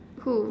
who